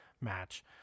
match